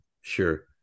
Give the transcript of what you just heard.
sure